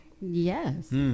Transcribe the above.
Yes